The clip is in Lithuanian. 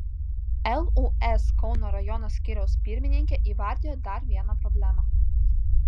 lūs kauno rajono skyriaus pirmininkė įvardijo dar vieną problemą